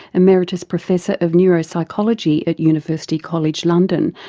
emeritus professor of neuropsychology at university college london,